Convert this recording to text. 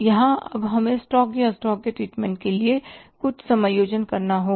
यहां अब हमें स्टॉक या स्टॉक के ट्रीटमेंट के लिए कुछ समायोजन करना होगा